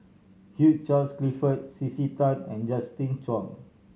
Hugh Charles Clifford C C Tan and Justin Zhuang